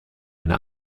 eine